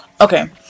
okay